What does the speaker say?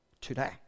today